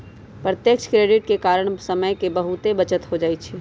प्रत्यक्ष क्रेडिट के कारण समय के बहुते बचत हो जाइ छइ